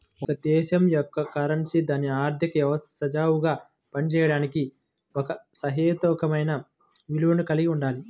ఒక దేశం యొక్క కరెన్సీ దాని ఆర్థిక వ్యవస్థ సజావుగా పనిచేయడానికి ఒక సహేతుకమైన విలువను కలిగి ఉండాలి